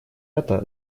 это